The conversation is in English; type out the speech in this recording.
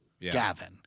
Gavin